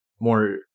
more